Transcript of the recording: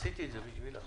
עשיתי את זה בשבילך.